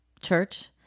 church